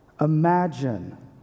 imagine